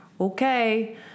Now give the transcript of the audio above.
okay